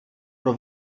pro